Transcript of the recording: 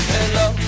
Hello